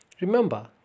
Remember